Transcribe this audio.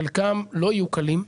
חלקם לא יהיו קלים.